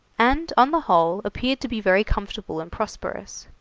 and on the whole appeared to be very comfortable and prosperous.